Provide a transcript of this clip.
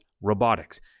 robotics